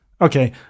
Okay